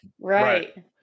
Right